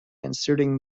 inserting